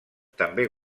també